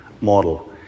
model